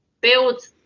build